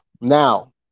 Now